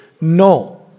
No